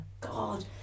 God